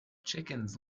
chickens